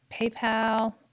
PayPal